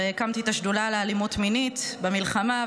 הרי הקמתי את השדולה לאלימות מינית במלחמה,